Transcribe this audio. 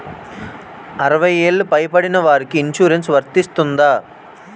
అరవై ఏళ్లు పై పడిన వారికి ఇన్సురెన్స్ వర్తిస్తుందా?